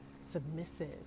submissive